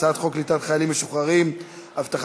אני קובע שהצעת חוק קליטת חיילים משוחררים (תיקון מס' 18),